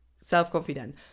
self-confident